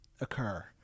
occur